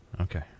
Okay